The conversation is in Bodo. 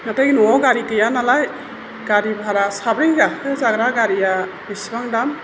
नाथाय न'आव गारि गैया नालाय गारि भारा साब्रै गाखो जाग्रा गारिया बेसेबां दाम